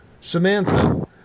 Samantha